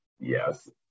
yes